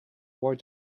war